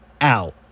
out